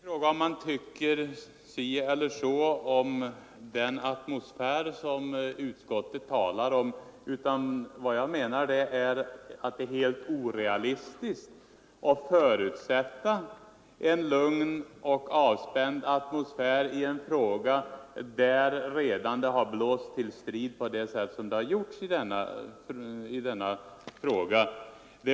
Herr talman! Frågan gäller inte vad man tycker om den atmosfär som utskottet talar om. Vad jag menar är att det är helt orealistiskt att förutsätta en lugn och avspänd atmosfär, när det redan har blåsts till strid på det sätt som skett i denna fråga.